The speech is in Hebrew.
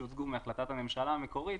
מהחלטת הממשלה המקורית,